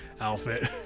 Outfit